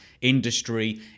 industry